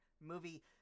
movie